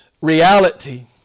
reality